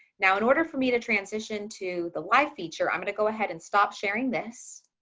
now, in order for me to transition to the live feature. i'm going to go ahead and stop sharing this